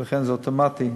וזה אוטומטי,